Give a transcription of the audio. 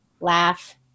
Laugh